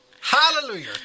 Hallelujah